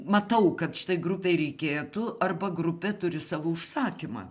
matau kad štai grupei reikėtų arba grupė turi savo užsakymą